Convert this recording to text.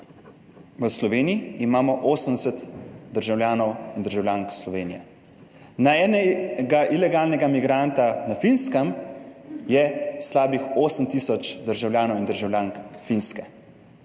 v Sloveniji imamo 80 državljanov in državljank Slovenije, na enega ilegalnega migranta na Finskem je slabih 8 tisoč državljanov in državljank Finske.